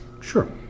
Sure